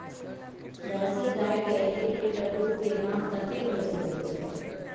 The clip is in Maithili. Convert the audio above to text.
जर्सी गाय के एक लीटर दूध के दाम कतेक होय सके छै?